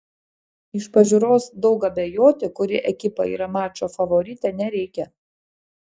iš pažiūros daug abejoti kuri ekipa yra mačo favoritė nereikia